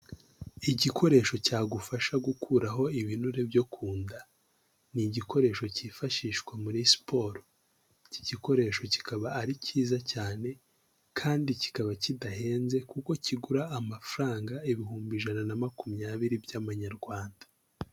Igikoresho cyagufasha gukuraho ibinure byo ku nda. Ni igikoresho cyifashishwa muri siporo. Iki gikoresho kikaba ari cyiza cyane kandi kikaba kidahenze kuko kigura amafaranga ibihumbi ijana na makumyabiri by'amanyarwanda.